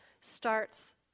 starts